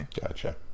Gotcha